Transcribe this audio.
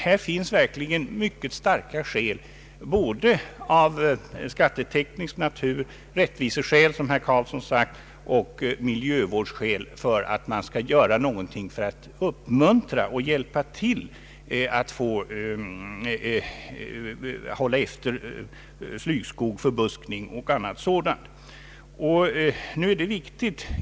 Här finns verkligen starka skäl, skäl av skatteteknisk natur, rättviseskäl — som herr Carlsson nämnde — och miljövårdsskäl för att man skall göra något för att uppmuntra och hjälpa till att hålla efter slyskog, förbuskning och annat sådant.